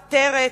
עטרת,